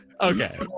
okay